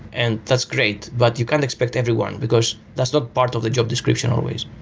and that's great, but you can't expect everyone, because that's not part of the job description always